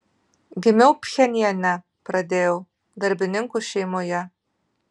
gimiau pchenjane pradėjau darbininkų šeimoje